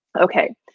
Okay